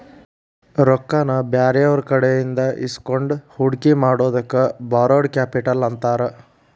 ರೊಕ್ಕಾನ ಬ್ಯಾರೆಯವ್ರಕಡೆಇಂದಾ ಇಸ್ಕೊಂಡ್ ಹೂಡ್ಕಿ ಮಾಡೊದಕ್ಕ ಬಾರೊಡ್ ಕ್ಯಾಪಿಟಲ್ ಅಂತಾರ